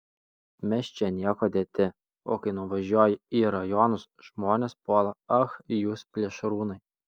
mes čia niekuo dėti o kai nuvažiuoji į rajonus žmonės puola ach jūs plėšrūnai